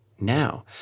now